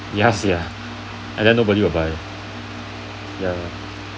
ya sia and then nobody will buy ya